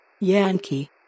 Yankee